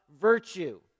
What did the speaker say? virtue